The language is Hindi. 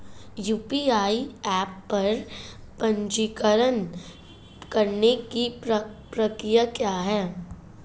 यू.पी.आई ऐप पर पंजीकरण करने की प्रक्रिया क्या है?